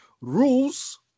rules